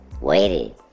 waited